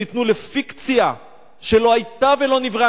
שניתנו לפיקציה שלא היתה ולא נבראה.